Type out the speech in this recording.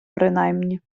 принаймні